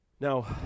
Now